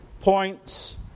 points